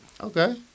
Okay